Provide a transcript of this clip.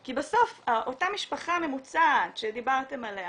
כי בסוף אותה משפחה ממוצעת שדיברתם עליה,